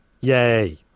Yay